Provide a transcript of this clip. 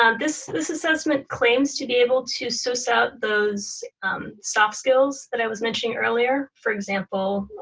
um this this assessment claims to be able to suss out those soft skills that i was mentioning earlier. for example,